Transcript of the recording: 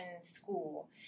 school